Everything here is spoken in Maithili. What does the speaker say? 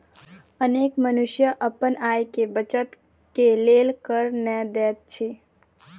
अनेक मनुष्य अपन आय के बचत के लेल कर नै दैत अछि